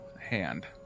hand